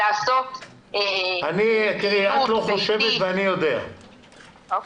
את לא חושבת ואני יודע,